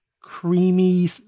creamy